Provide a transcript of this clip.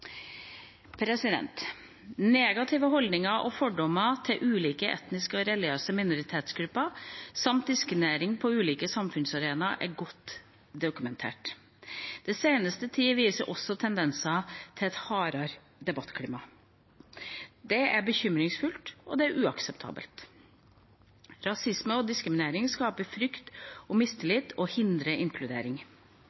Negative holdninger til og fordommer mot ulike etniske og religiøse minoritetsgrupper samt diskriminering på ulike samfunnsarenaer er godt dokumentert. Den senere tid viser også tendenser til et hardere debattklima. Dette er bekymringsfullt og uakseptabelt. Rasisme og diskriminering skaper frykt og